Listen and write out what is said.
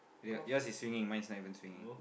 y~ yours is swinging mine is not even swinging